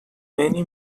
many